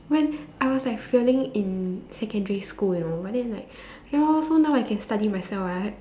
when I was like failing in secondary school you know but then like okay lor so now I can study by myself [what]